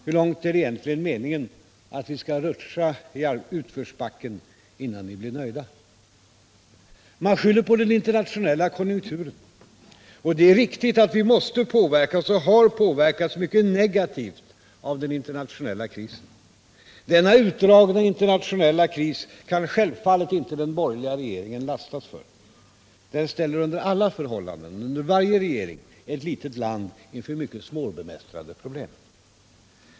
Hur långt är det egentligen meningen att vi skall rutscha i utförsbacken innan ni blir nöjda? Man skyller på den internationella konjunkturen. Det är riktigt att vi måste påverkas och har påverkats mycket negativt av den internationella krisen. Denna utdragna internationella kris kan självfallet inte den borgerliga regeringen lastas för. Denna kris ställer under alla förhållanden, under varje regering, ett litet land inför mycket svårbemästrade problem.